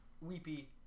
Weepy